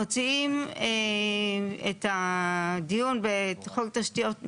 מוציאים את הדיון בחוק תשתיות,